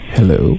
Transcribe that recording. Hello